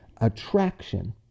Attraction